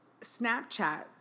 Snapchat